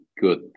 good